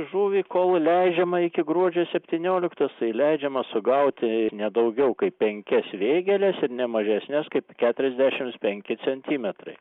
žuvį kol leidžiama iki gruodžio septynioliktos tai leidžiama sugauti ne daugiau kaip penkias vėgėles ir ne mažesnes kaip keturiasdešims penki centimetrai